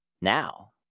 now